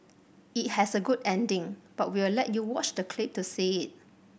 it has a good ending but we'll let you watch the clip to see it